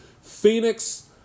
Phoenix